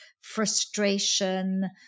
Frustration